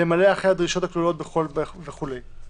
היא עוקבת אחרי הדברים, היא דואגת לתושבים שלה.